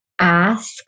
ask